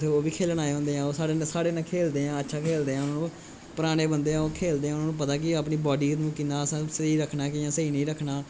ओह् बी खेलन आए होंदे ऐ साढ़े कन्नै खेलदे आं अच्छा खेलदे आं पराने बंदे खेलदे आं उ'नेंगी पता कि अपनी बाड़ी नूं कि'न्ना सेही रखना कि'न्ना नेई रखना